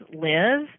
live